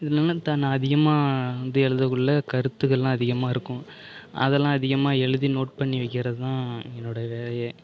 இதனால தன்னை அதிகமாக வந்து எழுதக்குள்ளே கருத்துகள்லாம் அதிகமாக இருக்கும் அதெல்லாம் அதிகமாக எழுதி நோட் பண்ணி வைக்கிறதான் என்னோடய வேலையே